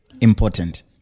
important